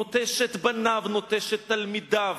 נוטש את בניו, נוטש את תלמידיו,